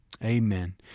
Amen